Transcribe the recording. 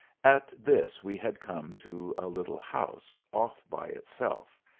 at this we had come to a little house off by itself,